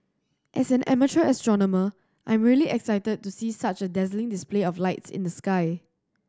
as an amateur astronomer I'm really excited to see such a dazzling display of lights in the sky